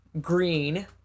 green